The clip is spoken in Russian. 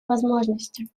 возможности